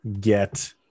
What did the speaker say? get